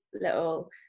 little